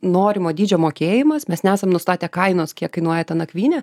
norimo dydžio mokėjimas mes nesam nustatę kainos kiek kainuoja ta nakvynė